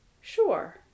sure